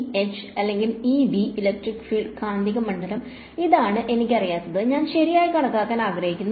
E H അല്ലെങ്കിൽ E B electric field കാന്തിക മണ്ഡലം ഇതാണ് എനിക്ക് അറിയാത്തത് ഞാൻ ശരിയായി കണക്കാക്കാൻ ആഗ്രഹിക്കുന്നു